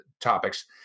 topics